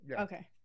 Okay